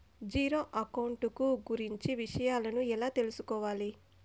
Zero account కు గురించి విషయాలను ఎలా తెలుసుకోవాలి?